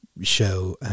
Show